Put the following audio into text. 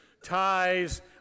ties